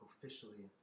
Officially